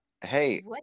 hey